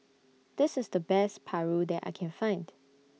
This IS The Best Paru that I Can Find